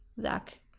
zach